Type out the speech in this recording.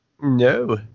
No